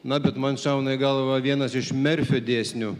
na bet man šauna į galvą vienas iš merfio dėsnių